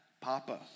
papa